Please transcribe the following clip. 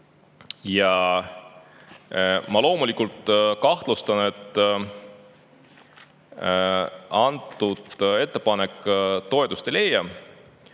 Ja ma loomulikult kahtlustan, et antud ettepanek toetust ei leia.